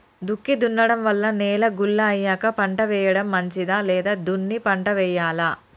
దుక్కి దున్నడం వల్ల నేల గుల్ల అయ్యాక పంట వేయడం మంచిదా లేదా దున్ని పంట వెయ్యాలా?